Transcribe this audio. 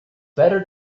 better